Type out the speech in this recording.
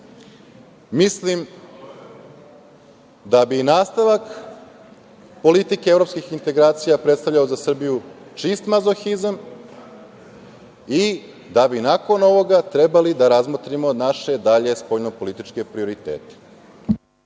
mislim da bi nastavak politike evropskih integracija predstavljao za Srbiju čist mazohizam i da bi nakon ovoga trebali da razmotrimo naše dalje spoljno-političke prioritete.